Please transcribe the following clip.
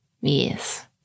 Yes